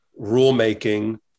rulemaking